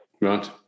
Right